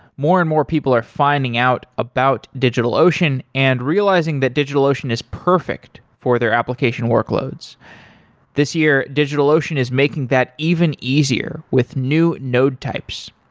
more and more, people are finding out about digitalocean and realizing that digitalocean is perfect for their application workloads this year, digitalocean is making that even easier with new node types.